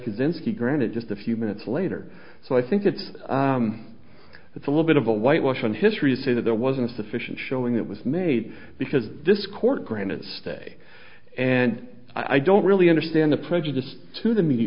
kozinski granted just a few minutes later so i think it's it's a little bit of a whitewash on history to say that there wasn't sufficient showing that was made because this court granted a stay and i don't really understand the prejudice to the me